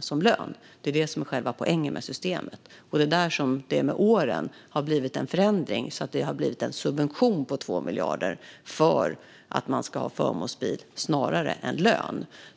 som lön. Det är det som är själva poängen med systemet, och det är där som det med åren har blivit en förändring som inneburit en subvention på 2 miljarder för att man ska ha förmånsbil snarare än lön.